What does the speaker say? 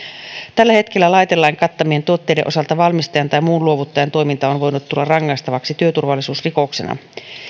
tällä hetkellä laitelain kattamien tuotteiden osalta valmistajan tai muun luovuttajan toiminta on voinut tulla rangaistavaksi työturvallisuusrikoksena